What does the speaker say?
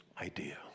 idea